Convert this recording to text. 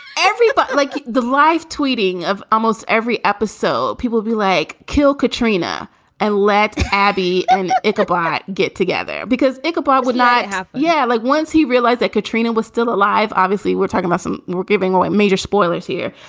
every but like the live tweeting of almost every episode. people be like kill katrina and let abby and ichabod get together because acbar would not have. yeah. like once he realized that katrina was still alive. obviously, we're talking about some. we're giving all major spoilers here.